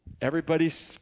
Everybody's